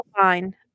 fine